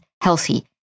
healthy